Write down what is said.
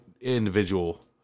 individual